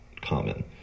common